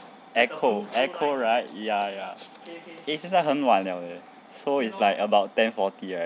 echo echo right ya ya eh 现在很很晚了 leh so it's like about ten forty right